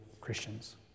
Christians